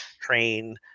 train